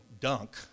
dunk